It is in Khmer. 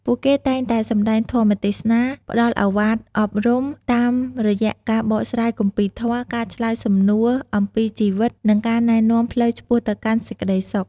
ពួកគេតែងតែ សម្ដែងធម៌ទេសនា ផ្ដល់ឱវាទអប់រំ តាមរយៈការបកស្រាយគម្ពីរធម៌ ការឆ្លើយសំណួរអំពីជីវិត និងការណែនាំផ្លូវឆ្ពោះទៅកាន់សេចក្ដីសុខ។